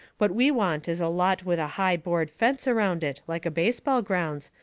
what we want is a lot with a high board fence around it, like a baseball grounds,